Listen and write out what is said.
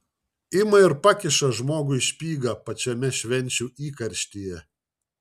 ima ir pakiša žmogui špygą pačiame švenčių įkarštyje